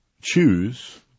choose